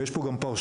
ויש פה גם פרשנות,